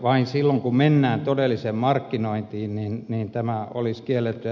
vain silloin kun mennään todelliseen markkinointiin niin tämä olisi kiellettyä